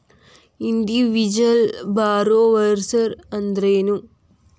Individual borrowers ಅಂದ್ರೇನು?